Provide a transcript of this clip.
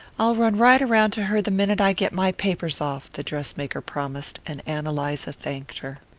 i'll run right round to her the minute i get my papers off, the dress-maker promised and ann eliza thanked her.